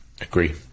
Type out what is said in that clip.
agree